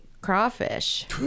crawfish